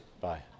bye